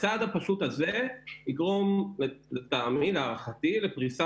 והצעד הפשוט הזה יגרום להערכתי לפריסה